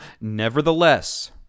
Nevertheless